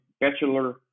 bachelor